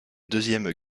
deuxième